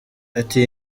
ati